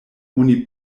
oni